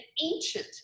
ancient